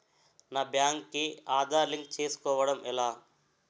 నా బ్యాంక్ కి ఆధార్ లింక్ చేసుకోవడం ఎలా?